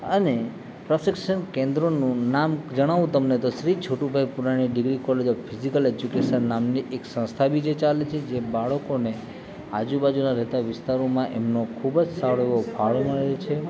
અને પ્રશિક્ષણ કેન્દ્રોનું નામ જણાવું તમને તો Shri Chhotubhai Purani degree college of physical education નામની એક સંસ્થા બી જે ચાલુ છે જે બાળકોને આજુ બાજુના રહેતા વિસ્તારોમાં એમનો ખૂબ જ સારો એવો ફાળો મળે છે